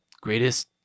greatest